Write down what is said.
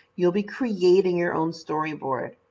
you'll be creating your own storyboard.